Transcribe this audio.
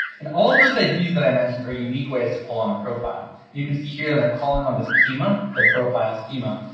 and all of those ids that i mentioned are unique ways to pull on a profile. you can see here that i'm calling on the schema, the profile schema.